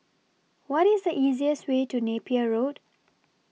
What IS The easiest Way to Napier Road